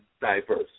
diverse